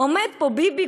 עומד פה ביבי,